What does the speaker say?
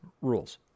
rules